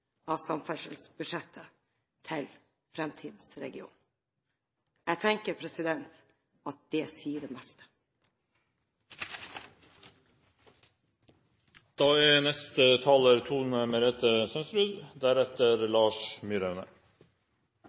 av samferdselsbudsjettet til fremtidsregionen! Jeg tenker at det sier det